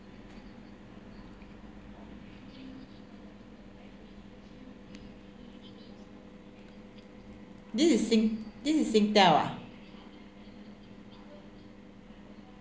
this is sing~ this is Singtel ah